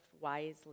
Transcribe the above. wisely